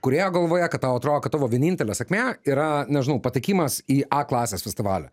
kūrėjo galvoje kad tau atrodo kad tavo vienintelė sėkmė yra nežinau patekimas į a klasės festivalį